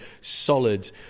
solid